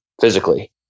physically